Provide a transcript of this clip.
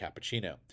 cappuccino